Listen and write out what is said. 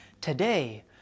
Today